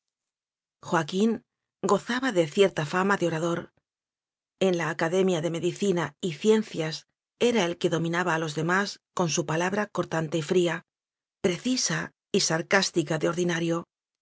joaquín gozaba de cierta fama de orador en la academia de medicina y ciencias era el que dominaba a los demás con su palabra cortante y fría precisa y sarcástica de